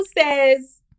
says